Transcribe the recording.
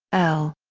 l.